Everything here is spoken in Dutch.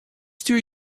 stuur